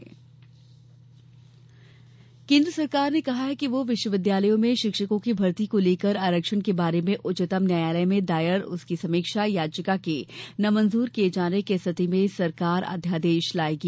जावड़ेकर शिक्षक केन्द्र सरकार ने कहा है कि वह विश्वविद्यालयों में शिक्षकों की भर्ती को लेकर आरक्षण के बारे में उच्चतम न्यायालय में दायर उसकी समीक्षा याचिका के नामंजूर किये जाने की स्थिति में सरकार अध्या्देश लाएगी